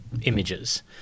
images